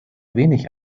wenig